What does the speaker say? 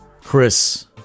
Chris